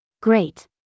Great